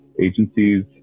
agencies